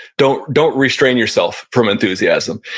don't don't restrain yourself from enthusiasm.